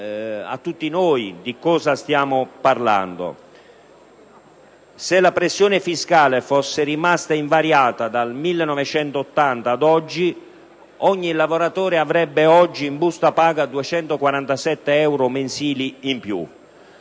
se la pressione fiscale fosse rimasta invariata dal 1980 ad oggi, ogni lavoratore avrebbe in busta paga 247 euro mensili in più.